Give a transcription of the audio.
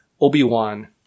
Obi-Wan